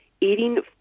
eating